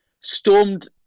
stormed